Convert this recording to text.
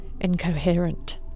incoherent